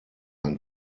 ein